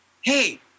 hey